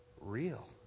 Real